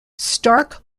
stark